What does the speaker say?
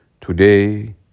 Today